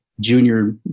junior